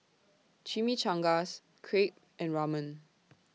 Chimichangas Crepe and Ramen